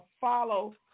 follow